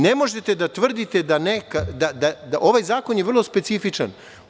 Ne možete da tvrdite, ovaj zakon je vrlo specifičan.